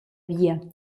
via